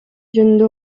жөнүндө